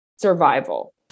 survival